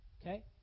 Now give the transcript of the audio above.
Okay